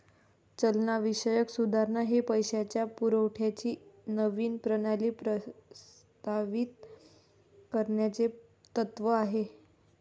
चलनविषयक सुधारणा हे पैशाच्या पुरवठ्याची नवीन प्रणाली प्रस्तावित करण्याचे तत्त्व आहे